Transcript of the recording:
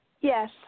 Yes